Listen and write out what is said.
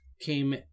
came